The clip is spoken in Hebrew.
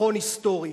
ניצחון היסטורי.